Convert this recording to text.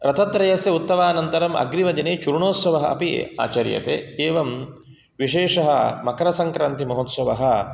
रथत्रयस्य उत्सवानन्तरम् अग्रिमदिने चूर्णोत्सवः अपि आचर्यते एवं विशेषः मकरसङ्क्रान्तिमहोत्सवः